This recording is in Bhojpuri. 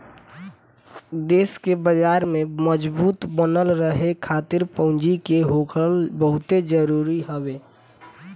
देस के बाजार में मजबूत बनल रहे खातिर पूंजी के होखल बहुते जरुरी हवे